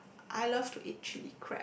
I love to eat chilli crab